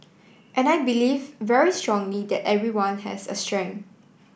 and I believe very strongly that everyone has a strength